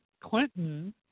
Clinton